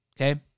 Okay